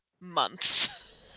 months